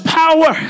power